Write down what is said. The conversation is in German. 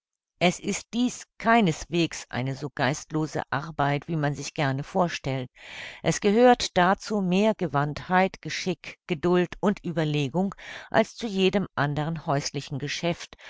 es ist dies keineswegs eine so geistlose arbeit wie man sich gerne vorstellt es gehört dazu mehr gewandtheit geschick geduld und ueberlegung als zu jedem andern häuslichen geschäft